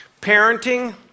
Parenting